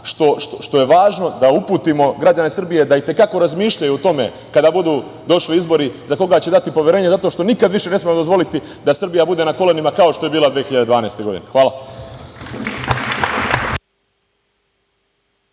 što je važno, da uputimo građane Srbije da i te kako razmišljaju o tome kada budu došli izbori, za koga će dati poverenje zato što nikad ne smemo dozvoliti da Srbija bude na kolenima kao što je bila 2012. godine. Hvala.